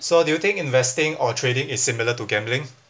so do you think investing or trading is similar to gambling